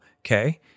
Okay